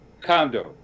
condo